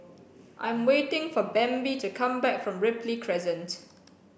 I'm waiting for Bambi to come back from Ripley Crescent